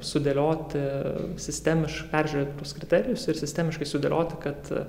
sudėlioti sistemiš peržiūrėt tuos kriterijus ir sistemiškai sudėlioti kad